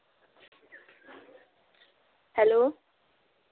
hello